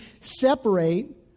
separate